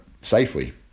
safely